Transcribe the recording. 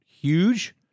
huge